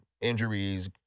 injuries